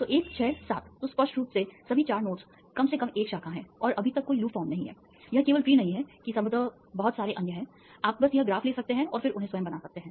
तो 1 6 7 तो स्पष्ट रूप से सभी चार नोड्स कम से कम एक शाखा हैं और अभी तक कोई लूप फॉर्म नहीं है यह केवल ट्री नहीं है कि संभवतः बहुत सारे अन्य हैं आप बस यह ग्राफ ले सकते हैं और फिर उन्हें स्वयं बना सकते हैं